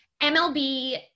MLB